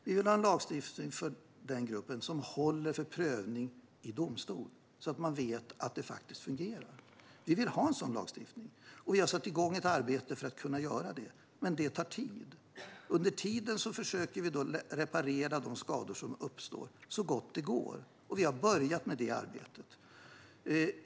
Vi vill ha en lagstiftning som håller för prövning i domstol, så att man vet att den faktiskt fungerar, och vi har satt igång ett arbete för detta. Men det tar tid. Under tiden försöker vi reparera de skador som uppstår så gott det går. Vi har börjat med det arbetet.